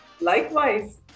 Likewise